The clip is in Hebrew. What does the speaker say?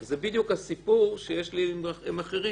זה בדיוק הסיפור שיש לי עם אחרים.